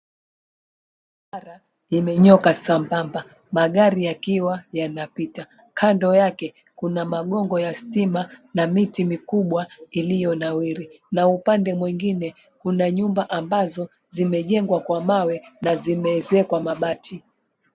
Barabara imenyooka sambamba magari yakiwa yanapita. Kando yake kuna magogo ya stima na miti mikubwa iliyonawiri, na upande mwingine kuna nyumba ambazo zimejengwa Kwa mawe na zimeezekwa mabati.